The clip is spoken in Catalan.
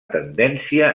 tendència